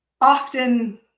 often